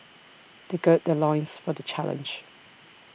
they gird their loins for the challenge